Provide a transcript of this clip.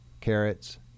carrots